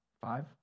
Five